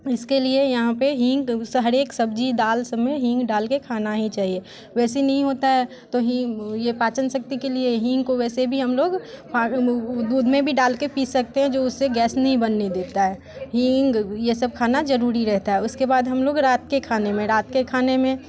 इसके लिए यहाँ पे हींग हर एक सब्जी दाल सब में हींग डालके खाना ही चाहिए वैसे नहीं होता है तो ही ये पाचन शक्ति के लिए हींग को वैसे भी हम लोग दूध में भी डाल के पी सकते हैं जो उसे गैस नहीं बनने देता है हींग ये सब खाना जरूरी रहता है उसके बाद हम लोग रात के खाने में रात के खाने में